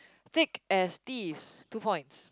thick as thieves two points